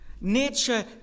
Nature